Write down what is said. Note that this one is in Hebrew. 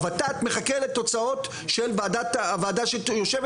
ה-ות"ת מחכה לתוצאות של הועדה שיושבת